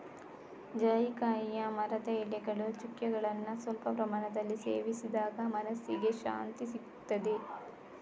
ಜಾಯಿಕಾಯಿಯ ಮರದ ಎಲೆಗಳು, ಚಕ್ಕೆಗಳನ್ನ ಸ್ವಲ್ಪ ಪ್ರಮಾಣದಲ್ಲಿ ಸೇವಿಸಿದಾಗ ಮನಸ್ಸಿಗೆ ಶಾಂತಿಸಿಗ್ತದೆ